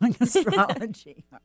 astrology